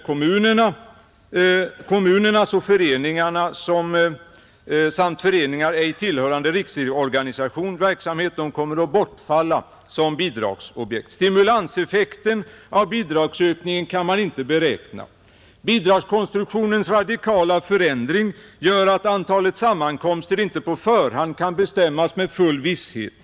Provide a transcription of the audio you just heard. Kommunernas samt föreningars ej tillhörande riksorganisation verksamhet kommer att bortfalla som bidragsobjekt. 2. Stimulanseffekten av bidragsökningen kan ej beräknas, 3. Bidragskonstruktionens radikala förändring gör, att antalet sammankomster inte på förhand kan bestämmas med full visshet.